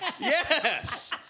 Yes